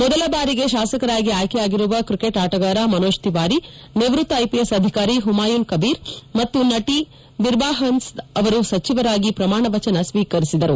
ಮೊದಲ ಬಾರಿಗೆ ಶಾಸಕರಾಗಿ ಆಯ್ಲೆಯಾಗಿರುವ ಕ್ರಿಕೆಟ್ ಆಟಗಾರ ಮನೋಜ್ ತಿವಾರಿ ನಿವೃತ್ತ ಐಪಿಎಸ್ ಅಧಿಕಾರಿ ಹುಮಾಯುನ್ ಕಬೀರ್ ಮತ್ತು ನಟಿ ಬಿರ್ಬಾಹಹನ್ಗೆದ ಅವರು ಸಚಿವರಾಗಿ ಪ್ರಮಾಣವಚನ ಸ್ವೀಕರಿಸಿದರು